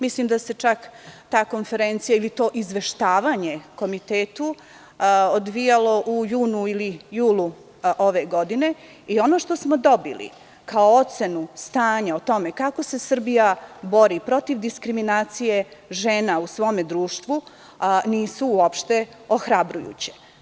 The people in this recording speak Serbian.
Mislim da se čak ta konferencija ili to izveštavanje Komitetu odvijalo u junu ili julu ove godine i ono što smo dobili kao ocenu stanja o tome kako se Srbija bori protiv diskriminacije žena u svom društvu, nisu uopšte ohrabrujuće.